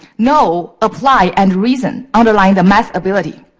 know, apply, and reason, underlying the math ability.